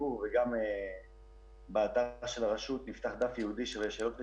ציבור וגם באתר הרשות נפתח דף ייעודי של שאלות ותשובות.